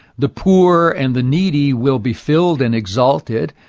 the poor and the needy will be filled and exalted.